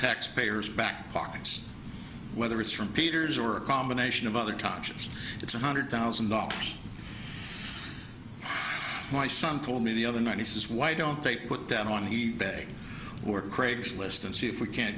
taxpayers back pockets whether it's from peters or a combination of other times it's one hundred thousand dollars my son told me the other night he says why don't they put them on e bay or craigslist and see if we can